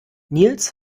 nils